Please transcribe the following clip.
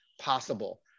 possible